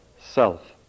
self